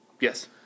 Yes